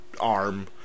arm